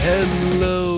Hello